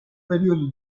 periodo